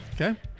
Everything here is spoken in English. Okay